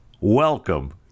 Welcome